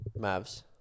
Mavs